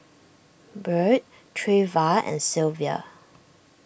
Byrd Treva and Sylvia